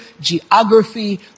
geography